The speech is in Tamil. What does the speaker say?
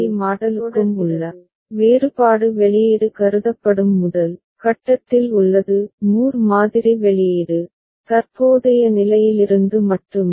மூர் மாடலுக்கும் மீலி மாடலுக்கும் உள்ள வேறுபாடு வெளியீடு கருதப்படும் முதல் கட்டத்தில் உள்ளது மூர் மாதிரி வெளியீடு தற்போதைய நிலையிலிருந்து மட்டுமே